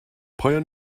پایان